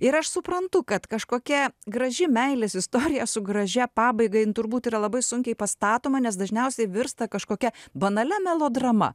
ir aš suprantu kad kažkokia graži meilės istorija su gražia pabaiga jin turbūt ir yra labai sunkiai pastatoma nes dažniausiai virsta kažkokia banalia melodrama